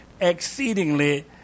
exceedingly